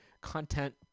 content